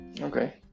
Okay